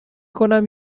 کنم